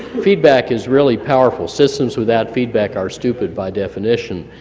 feedback is really powerful. systems without feedback are stupid by definition,